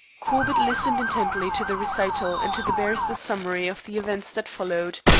corbett listened intently to the recital and to the barrister's summary of the events that followed.